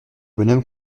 bonhomme